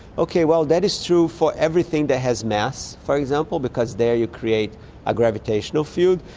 okay, well, that is true for everything that has mass, for example, because there you create a gravitational field,